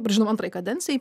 žinoma antrai kadencijai